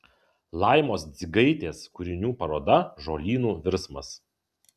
laimos dzigaitės kūrinių paroda žolynų virsmas